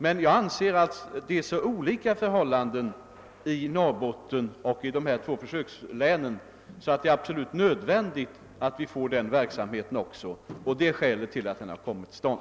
Men jag anser att förhållandena i Norrbotten och de två försökslänen är så olika, att det är absolut nödvändigt att vi får en försöksverksamhet även i Norrbotten. Det är skälet till att den har kommit till stånd.